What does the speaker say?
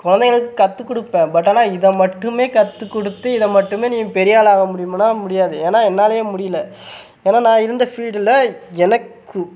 குழந்தைகளுக்கு கற்றுக் கொடுப்பேன் பட் ஆனால் இதை மட்டுமே கற்றுக் கொடுத்து இதை மட்டுமே நீ பெரிய ஆள் ஆக முடியும்னா முடியாது ஏன்னா என்னாலேயே முடியலை ஏன்னா நான் இருந்த ஃபீல்டில் எனக்கு